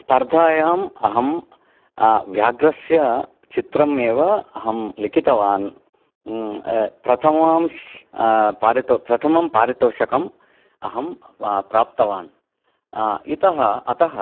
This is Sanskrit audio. स्पर्धायाम् अहं व्याघ्रस्य चित्रम् एव अहं लिखितवान् प्रथमं पारि प्रथमं पारितोषिकम् अहं प्राप्तवान् इतः अतः